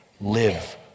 live